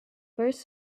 first